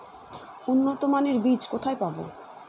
উন্নতমানের বীজ কোথায় পাব?